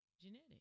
genetic